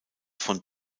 von